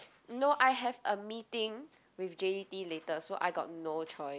no I have a meeting with j_d_t later so I got no choice